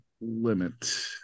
limit